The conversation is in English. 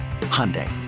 Hyundai